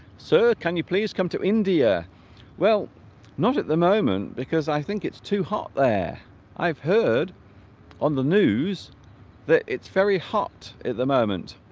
sir can you please come to india well not at the moment because i think it's too hot there i've heard on the news that it's very hot at the moment